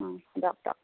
অ দিয়ক দিয়ক